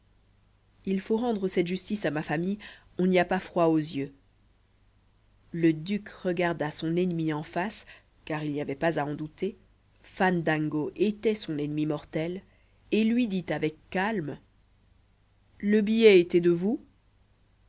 il faut rendre cette justice à ma famille on n'y a pas froid aux yeux le duc regarda son ennemi en face car il n'y avait pas à en douter fandango était son ennemi mortel et lui dit avec calme le billet était de vous